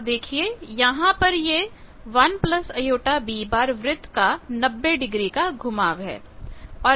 और देखिए यहां पर यह 1 jB वृत्त का 90 डिग्री का घुमाव है